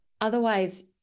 Otherwise